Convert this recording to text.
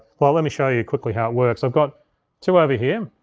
well let me show you quickly how it works. i've got two over here.